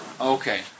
Okay